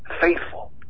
faithful